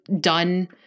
done